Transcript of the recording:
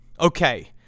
Okay